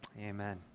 Amen